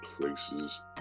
places